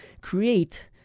create